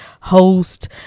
host